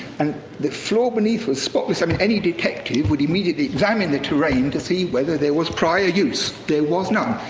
and the floor beneath was spotless. i mean any detective would immediately examine the terrain to see whether there was prior use. there was none.